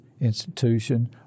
institution